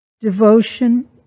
Devotion